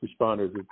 responders